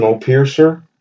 Piercer